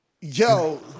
Yo